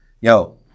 yo